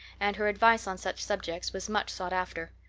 and her advice on such subjects was much sought after.